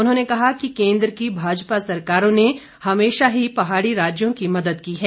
उन्होंने कहा कि केंद्र की भाजपा सरकारों ने हमेशा ही पहाड़ी राज्यों की मदद की है